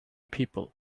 people